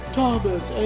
Thomas